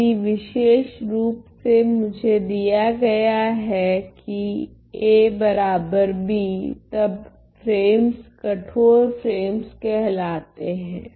यदि विषेशरूप से मुझे दिया गया है कि AB तब फ्रेमस कठोर फ्रेमस कहलाते हैं